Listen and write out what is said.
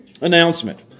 announcement